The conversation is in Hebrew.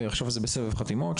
ועכשיו זה בסבב חתימות,